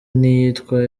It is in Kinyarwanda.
n’iyitwa